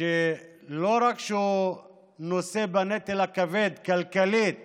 שלא רק שהוא נושא בנטל הכבד כלכלית